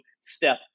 step